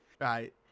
Right